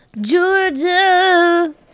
Georgia